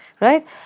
right